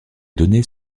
données